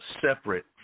separate